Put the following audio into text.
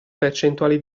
percentuali